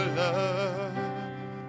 love